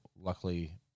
luckily